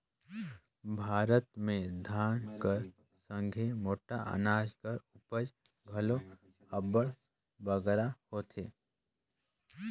भारत में धान कर संघे मोट अनाज कर उपज घलो अब्बड़ बगरा होथे